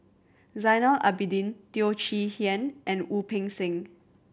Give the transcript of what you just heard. Zainal Abidin Teo Chee Hean and Wu Peng Seng